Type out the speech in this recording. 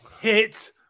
hit